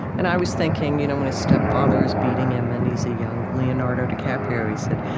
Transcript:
and i was thinking you know when his step-father is beating him, and he's a young leonardo dicaprio. he said,